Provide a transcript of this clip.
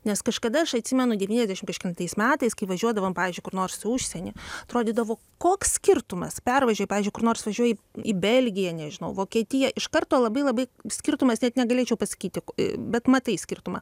nes kažkada aš atsimenu devyniasdešim kažkelintais metais kai važiuodavom pavyzdžiui kur nors į užsieny atrodydavo koks skirtumas pervažiuoji pavyzdžiui kur nors važiuoji į belgiją nežinau vokietiją iš karto labai labai skirtumas net negalėčiau pasakyti bet matai skirtumą